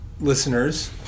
Listeners